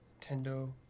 Nintendo